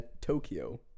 Tokyo